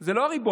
זה לא הריבון,